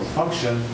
function